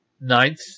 ninth